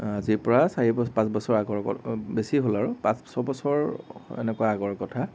আজিৰ পৰা চাৰি পাঁচ বছৰ আগৰ ক বেছি হ'ল আৰু পাঁচ ছবছৰ এনেকুৱা আগৰ কথা